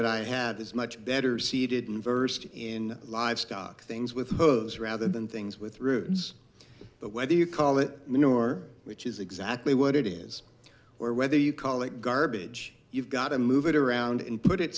that i have this much better seeded inverse in livestock things with those rather than things with roots whether you call it in your which is exactly what it is or whether you call it garbage you've got to move it around and put it